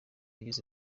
ageze